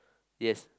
yes